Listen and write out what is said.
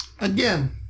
Again